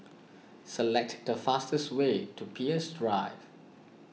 select the fastest way to Peirce Drive